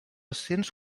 cents